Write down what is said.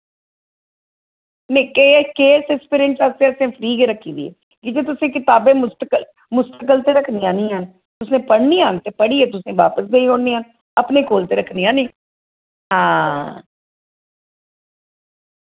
नेईं KS KS aspirants आस्तै असें फ्री गै रक्खी दी ऐ कि की तुसैं किताबां मुस्तकल मुस्तकल ते रक्खनियां निं हैन तुसैं पढ़नियां न ते पढ़ियै तुसैं वापस देई ओढ़नियां न अपने कोल ते रखनियां नेईं हां